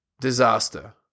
Disaster